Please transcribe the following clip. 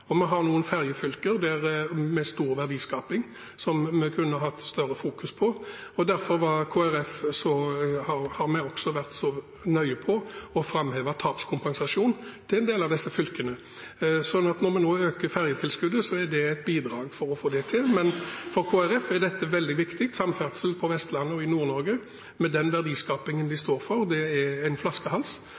og vi har noen ferjefylker med stor verdiskaping som vi kunne hatt større fokus på. Derfor har også Kristelig Folkeparti vært så nøye med å framheve tapskompensasjonen til en del av disse fylkene, så når vi nå øker ferjetilskuddet, er det et bidrag for å få til det. For Kristelig Folkeparti er dette veldig viktig, samferdsel på Vestlandet og i Nord-Norge, med den verdiskapingen det står for, og det er en